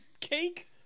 cake